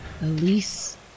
Elise